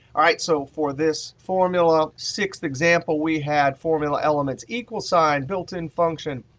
all right, so for this formula, sixth example, we had formula elements, equals sign, built-in function,